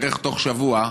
בערך בתוך שבוע,